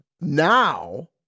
now